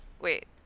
Wait